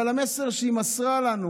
אבל המסר שהיא מסרה לנו